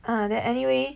ah then anyway